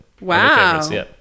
Wow